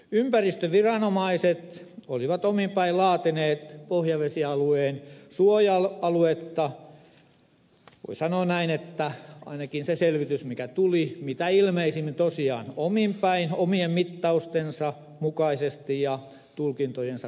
ympäristöviranomaiset olivat omin päin laatineet pohjavesialueen suoja aluetta voi sanoa näin että ainakin sen selvityksen mukaan mikä tuli mitä ilmeisimmin tosiaan omin päin omien mittaustensa mukaisesti ja tulkintojensa kautta